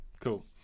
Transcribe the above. cool